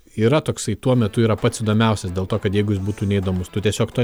yra toksai tuo metu yra pats įdomiausias dėl to kad jeigu jis būtų neįdomus tu tiesiog to